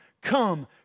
come